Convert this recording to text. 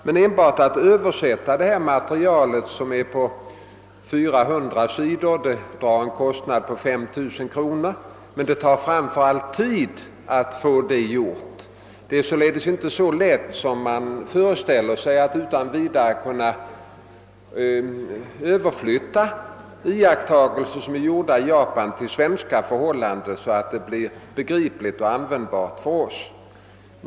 Enbart översättningen av materialet — sammanlagt cirka 400 sidor — drar en kostnad på 5 000 kronor, och framför allt tar det tid att få översättningen gjord. Det är således inte så lätt som man föreställer sig att överflytta iakttagelser som är gjorda i Japan så att materialet blir begripligt och användbart för oss.